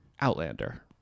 outlander